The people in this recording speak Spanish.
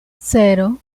cero